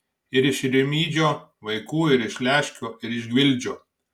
ir iš rimydžio vaikų ir iš leškio ir iš gvildžio